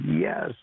yes